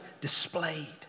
displayed